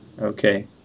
Okay